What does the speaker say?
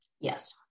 Yes